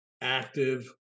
active